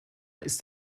ist